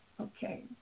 Okay